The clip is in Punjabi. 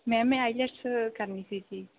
ਮੈਮ ਮੈਂ ਆਈਲੈਟਸ ਕਰਨੀ ਸੀ ਜੀ